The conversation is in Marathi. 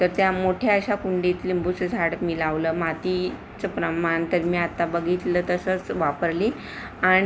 तर त्या मोठ्या अशा कुंडीत लिंबूचं झाड मी लावलं मातीचं प्रमाण तर मी आत्ता बघितलं तसंच वापरली आणि